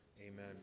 amen